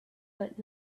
but